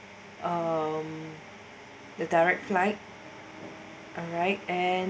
um the direct flight alright and